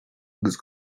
agus